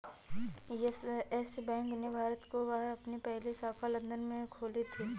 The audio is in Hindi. यस बैंक ने भारत के बाहर अपनी पहली शाखा लंदन में खोली थी